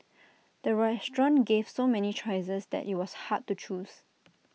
the restaurant gave so many choices that IT was hard to choose